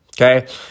Okay